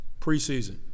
Preseason